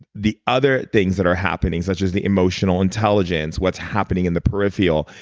the other things that are happening such as the emotional intelligence, what's happening in the peripheral,